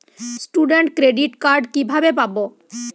Student credit card কিভাবে পাব?